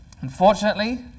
Unfortunately